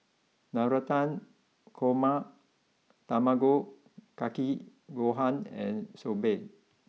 Navratan Korma Tamago Kake Gohan and Soba